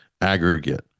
aggregate